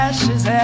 Ashes